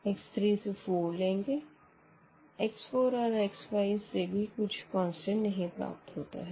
x 3 से 4 लेंगे x 4 और x 5 से भी कुछ कॉन्स्टंट नही प्राप्त होता है